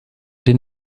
den